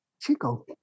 Chico